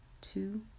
two